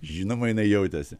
žinoma jinai jautėsi